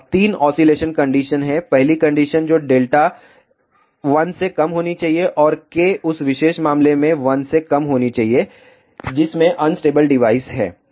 अब तीन oscillation condition हैं पहली कंडीशन जो डेल्टा 1 से कम होनी चाहिए और K उस विशेष मामले में 1 से कम होनी चाहिए जिसमें अनस्टेबल डिवाइस है